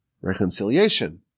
reconciliation